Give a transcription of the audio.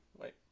wait